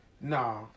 Nah